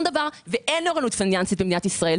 דבר ואין אוריינות פיננסית במדינת ישראל.